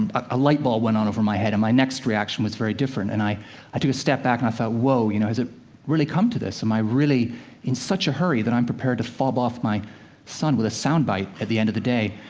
um a light bulb went on over my head, and my next reaction was very different, and i i took a step back, and i thought, whoa you know, has it really come to this? am i really in such a hurry that i'm prepared to fob off my son with a sound byte at the end of the day?